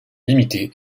limitées